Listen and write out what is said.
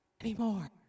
Anymore